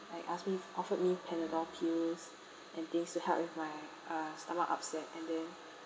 like ask me offered me panadol pills and things to help with my uh stomach upset and then